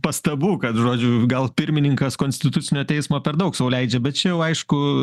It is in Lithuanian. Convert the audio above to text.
pastabų kad žodžiu gal pirmininkas konstitucinio teismo per daug sau leidžia bet čia jau aišku